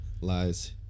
lies